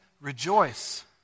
rejoice